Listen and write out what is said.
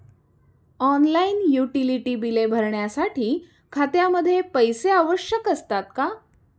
Online utility बिले भरण्यासाठी खात्यामध्ये पैसे आवश्यक असतात का?